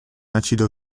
acido